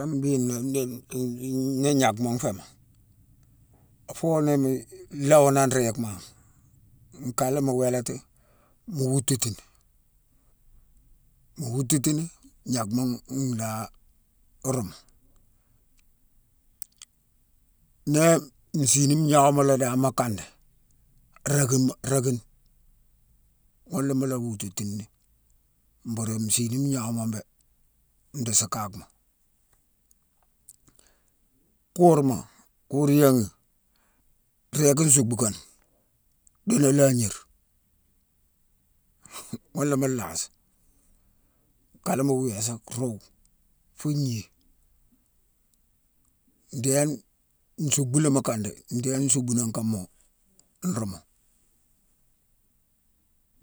ni- ni- ni- gnackma nféé mo, fo ni-mi lawonone réégma. Nka la mu wélati, mu wututini. Mu wututini, gnackma nlhaa ruumu. Nii, nsiine ni ngnawema la dan mu kandi, rackima-rackine. Ghuna mu la wututini mburu nsiini ngnawe mune bé ndi sa kagh mo. Kurma, kur yanghi, irééki nsuckbu kane: duna laagnire ghunaa mu laa si. I kanna mu wésa, ruwu, fu gnii. Ndééne nsuckbu la mu kandi, ndééne nsuckbu nangh kamo nrumu.